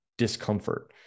discomfort